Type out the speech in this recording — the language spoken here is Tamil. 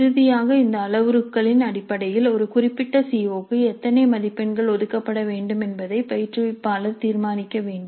இறுதியாக இந்த அளவுருக்களின் அடிப்படையில் ஒரு குறிப்பிட்ட சி ஓ க்கு எத்தனை மதிப்பெண்கள் ஒதுக்கப்பட வேண்டும் என்பதை பயிற்றுவிப்பாளர் தீர்மானிக்க வேண்டும்